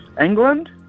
England